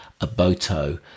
Aboto